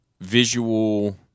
visual